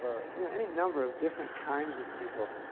or any number of different kinds of people.